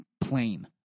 plain